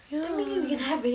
ya